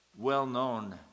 well-known